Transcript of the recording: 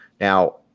Now